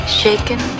shaken